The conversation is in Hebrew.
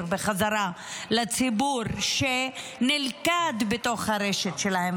בחזרה לציבור שנלכד בתוך הרשת שלהם.